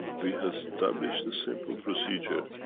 we established a simple procedure.